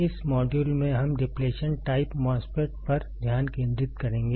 इस मॉड्यूल में हम डिप्लेशन टाइप MOSFET पर ध्यान केंद्रित करेंगे